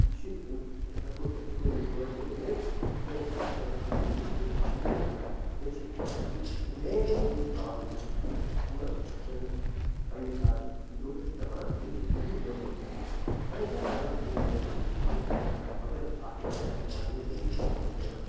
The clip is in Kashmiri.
یہِ چھِ یِم أسۍ ہٮ۪کو أسۍ ہیٚکو یہِ وٲرڈ تہِ ؤنِتھ تِکیٛازِ مُشکِل کھۄتہٕ مُشکِل چھِ یہِ ہیٚچھِنۍ یہِ چھِ سُہ مین چیٖز پرٛابلِم اَسہِ اَسہِ منٛز أسۍ چھِنہٕ پنٕنِس اَز یوٗتھَس دَپان تُہۍ ہیٚچھِو نٔو نٔو لٮنٛگویج آ یہِ چھَنہٕ غلط کیٚنٛہہ نٔو لٮنٛگویج ہیٚچھِنۍ مگر اَتھ منٛز چھِ اَسہِ پَنٕنہِ لٮ۪نٛگویج تہِ تھاوُن دھیان